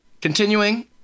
continuing